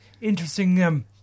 interesting